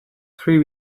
three